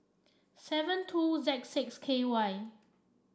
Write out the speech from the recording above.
seven two Z six K Y